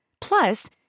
Plus